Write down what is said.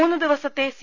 മൂന്നു ദിവസത്തെ സി